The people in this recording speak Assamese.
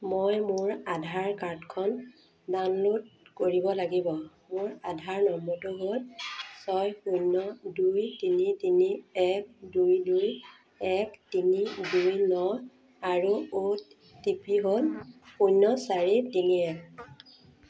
মই মোৰ আধাৰ কাৰ্ডখন ডাউনল'ড কৰিব লাগিব মোৰ আধাৰ নম্বৰটো হ'ল ছয় শূন্য দুই তিনি তিনি এক দুই দুই এক তিনি দুই ন আৰু অ' টি পি হ'ল শূন্য চাৰি তিনি এক